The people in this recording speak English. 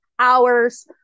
hours